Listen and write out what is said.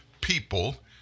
people